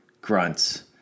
grunts